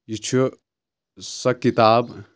یہِ چھُ سۄ کِتاب